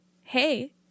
hey